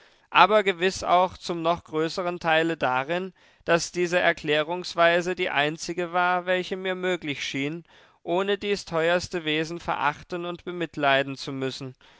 aber gewiß auch zum noch größeren teile darin daß diese erklärungsweise die einzige war welche mir möglich schien ohne dies teuerste wesen verachten und bemitleiden zu müssen